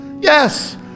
Yes